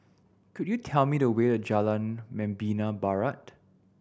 could you tell me the way to Jalan Membina Barat